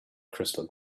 crystal